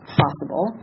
possible